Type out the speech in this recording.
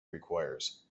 requires